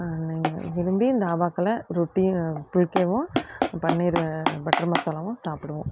விரும்பி தாபாக்கள்ல ரொட்டி புல்கேவும் பன்னீர் பட்டர் மசாலாவும் சாப்பிடுவோம்